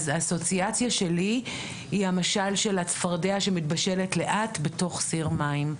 אז האסוציאציה שלי היא המשל של הצפרדע שמתבשלת לאט בתוך סיר מים.